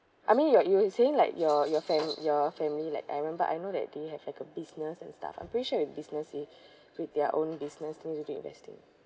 I mean you're you were saying like your your fam~ your family like aaron but I know that they have like a business and stuff I'm pretty sure with business he with their own business needs to be investing